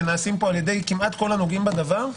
שנעשים פה על-ידי כמעט כל הנוגעים בדבר,